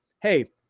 hey